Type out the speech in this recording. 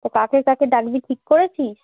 তো কাকে কাকে ডাকবি ঠিক করেছিস